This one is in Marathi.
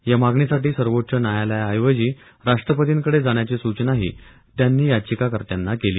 यामागणीसाठी सर्वोच्च न्यायालया ऐवजी राष्ट्रपतींकडे जाण्याची सूचनाही त्यांनी याचिकाकर्त्यांना केली